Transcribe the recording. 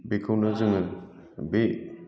बेखौनो जोङो बे